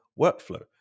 workflow